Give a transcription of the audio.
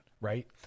right